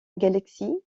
galaxie